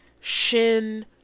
Shin